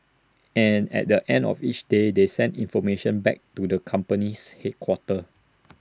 and at the end of each day they send the information back to the company's headquarters